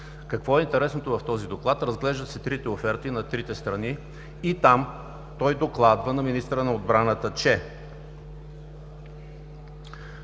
Какво е интересното в този Доклад? Разглеждат се трите оферти на трите страни и там той докладва на министъра на отбраната, че